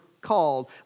called